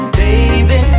baby